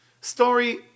Story